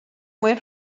mwyn